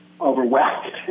overwhelmed